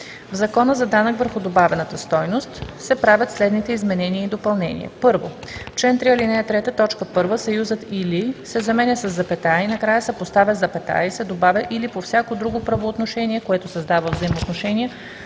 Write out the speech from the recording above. В Закона за данък върху добавената стойност (обн., ДВ, бр. ...) се правят следните изменения и допълнения: 1. В чл. 3, ал. 3, т. 1 съюзът „или“ се заменя със запетая и накрая се поставя запетая и се добавя „или по всяко друго правоотношение, което създава взаимоотношения,